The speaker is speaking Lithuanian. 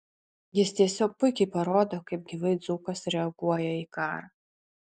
jis tiesiog puikiai parodo kaip gyvai dzūkas reaguoja į karą